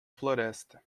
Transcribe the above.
floresta